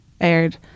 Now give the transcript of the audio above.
aired